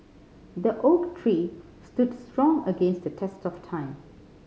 the oak tree stood strong against the test of time